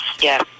Yes